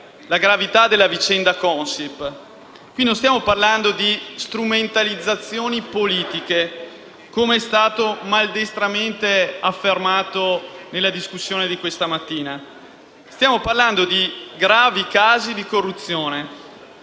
la gravità della vicenda Consip. Qui non stiamo parlando di «strumentalizzazioni politiche», come è stato maldestramente affermato nella discussione di questa mattina, ma di gravi casi di corruzione.